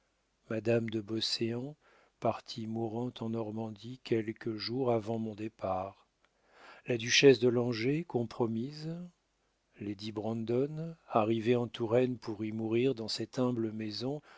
madame de beauséant partie mourante en normandie quelques jours avant mon départ la duchesse de langeais compromise lady brandon arrivée en touraine pour y mourir dans cette humble maison